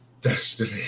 Destiny